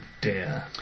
dear